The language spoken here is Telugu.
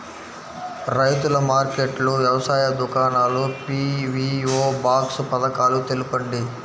రైతుల మార్కెట్లు, వ్యవసాయ దుకాణాలు, పీ.వీ.ఓ బాక్స్ పథకాలు తెలుపండి?